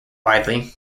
widely